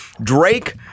Drake